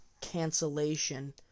cancellation